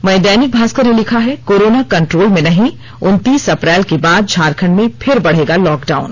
वहीं दैनिक भास्कर ने लिखा है कोरोना कंट्रोल में नहीं उनतीस अप्रैल के बाद झारखंड में फिर बढ़ेगा लॉकडाउन